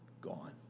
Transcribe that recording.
gone